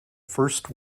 first